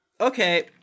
Okay